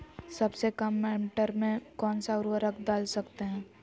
सबसे काम मटर में कौन सा ऊर्वरक दल सकते हैं?